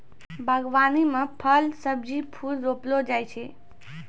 बागवानी मे फल, सब्जी, फूल रौपलो जाय छै